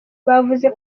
bavuze